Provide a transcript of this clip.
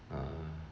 ah